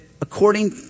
according